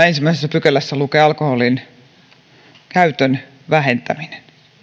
ensimmäisessä pykälässä tavoitteena lukee alkoholin käytön vähentäminen